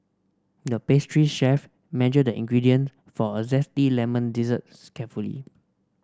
the pastry chef measured the ingredient for a zesty lemon dessert carefully